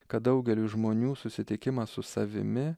kad daugeliui žmonių susitikimas su savimi